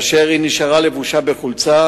כאשר היא נשארה בחולצה,